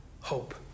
hope